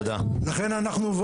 לכן אנחנו,